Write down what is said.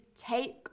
take